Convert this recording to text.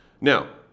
Now